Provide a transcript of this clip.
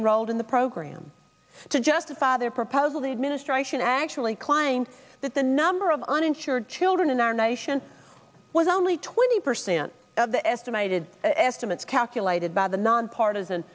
enrolled in the program to justify their proposal the administration actually klein that the number of uninsured children in our nation was only twenty percent of the estimated estimates calculated by the nonpartisan